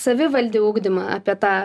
savivaldį ugdymą apie tą